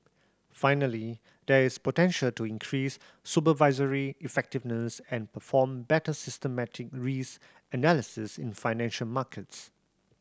finally there is potential to increase supervisory effectiveness and perform better systemic risk analysis in financial markets